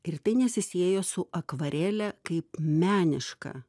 ir tai nesisiejo su akvarele kaip meniška